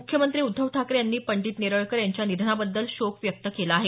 मुख्यमंत्री उद्धव ठाकरे यांनी पंडित नेरळकर यांच्या निधनाबद्दल शोक व्यक्त केला आहे